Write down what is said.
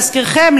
להזכירכם,